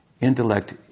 intellect